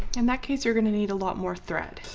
in that case you're gonna need a lot more thread